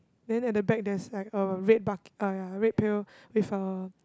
then at the back there's like a red bucket eh ya red pail with a